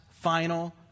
final